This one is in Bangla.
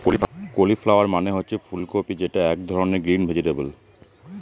কলিফ্লাওয়ার মানে হচ্ছে ফুল কপি যেটা এক ধরনের গ্রিন ভেজিটেবল